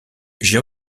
j’ai